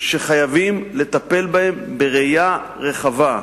שחייבים לטפל בהן בראייה רחבה: